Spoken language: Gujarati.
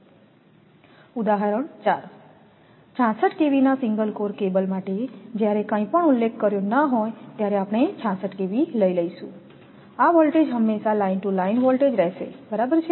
ઉદાહરણ ચાર 66kVના સિંગલ કોર કેબલ માટે જ્યારે કંઇ પણ ઉલ્લેખ કર્યો ના હોય ત્યારે આપણે 66kV લઈ લઈશું આ વોલ્ટેજ હંમેશા લાઈન ટુ લાઇન વોલ્ટેજ રહેશે બરાબર છે